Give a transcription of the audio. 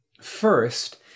First